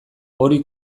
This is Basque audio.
hori